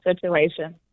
situation